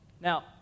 Now